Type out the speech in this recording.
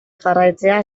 jarraitzea